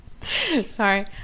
Sorry